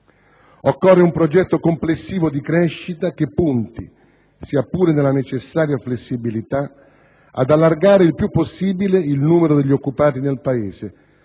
Occorre un progetto complessivo di crescita, che punti, sia pure nella necessaria flessibilità, ad allargare il più possibile il numero degli occupati nel Paese,